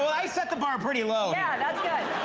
i set the bar pretty low. yeah, that's good.